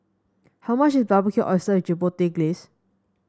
how much is Barbecued Oyster with Chipotle Glaze